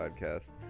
podcast